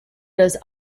does